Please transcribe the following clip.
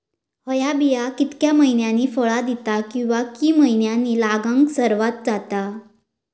हया बिया कितक्या मैन्यानी फळ दिता कीवा की मैन्यानी लागाक सर्वात जाता?